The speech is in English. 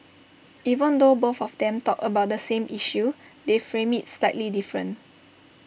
even though both of them talked about the same issue they framed IT slightly different